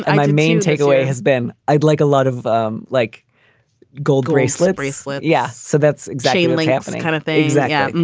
and my main takeaway has been i'd like a lot of um like gold, grey, slippery slope. yeah. so that's exactly the kind of things that happen.